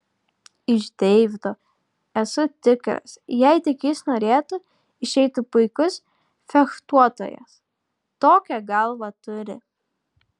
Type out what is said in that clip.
iš deivido esu tikras jei tik jis norėtų išeitų puikus fechtuotojas tokią galvą turi